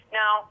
now